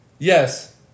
Yes